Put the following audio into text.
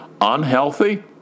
unhealthy